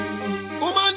Woman